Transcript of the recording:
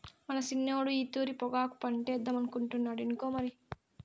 మన సిన్నోడు ఈ తూరి పొగాకు పంటేద్దామనుకుంటాండు ఇనుకో మరి